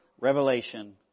revelation